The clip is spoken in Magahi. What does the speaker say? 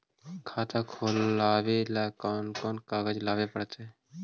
खाता खोलाबे ल कोन कोन कागज लाबे पड़तै?